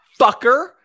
fucker